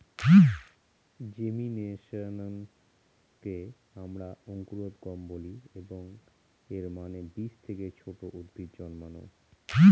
জেমিনেশনকে আমরা অঙ্কুরোদ্গম বলি, এবং এর মানে বীজ থেকে ছোট উদ্ভিদ জন্মানো